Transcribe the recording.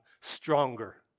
stronger